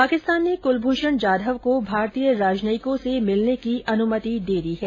पाकिस्तान ने कुलभूषण जाधव को भारतीय राजनयिकों से मिलने की अनुमति दी है